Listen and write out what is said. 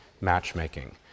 matchmaking